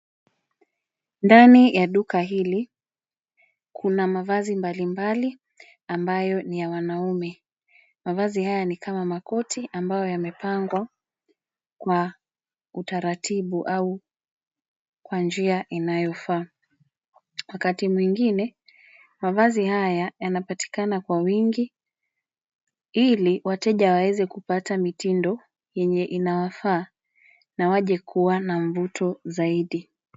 Ndani ya duka hili kuna mavazi mbalimbali ambayo ni ya wanaume. Mavazi haya ni kama makoti ambayo yamepangwa kwa utaratibu au kwa njia inayofaa. Wakati mwingine mavazi haya yanapatikana kwa wingi ili wateja waweze kupata mitindo enye inayowafaa na waje kuwa na mvuto zaidi.